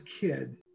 kid